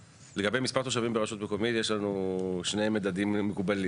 לגבי מספר תושבים היום ברשות מקומית יש לנו שני מדדים מקובלים.